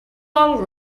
all